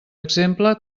exemple